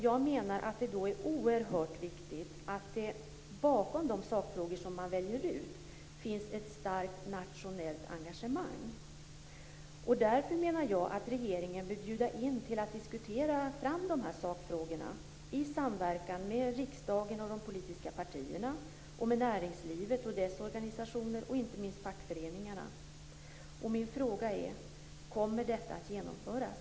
Jag menar att det då är oerhört viktigt att det bakom de sakfrågor som man väljer ut finns ett starkt nationellt engagemang. Därför menar jag att regeringen bör bjuda in till att diskutera fram dessa sakfrågor i samverkan med riksdagen, de politiska partierna, näringslivet och dess organisationer och inte minst fackföreningarna. Min fråga är: Kommer detta att genomföras?